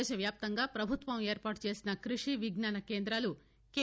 దేశవ్యాప్తంగా ప్రభుత్వం ఏర్పాటుచేసిన క్బషి విజ్ఞాన కేందాలు కె